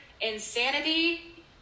insanity